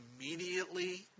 immediately